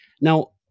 Now